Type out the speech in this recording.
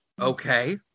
Okay